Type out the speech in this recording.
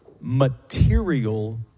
material